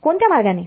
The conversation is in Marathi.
कोणत्या मार्गाने